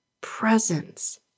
presence